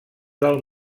del